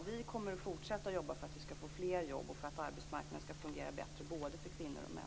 Vi kommer att fortsätta jobba för att vi skall få fler jobb och för att arbetsmarknaden skall fungera bättre både för kvinnor och män.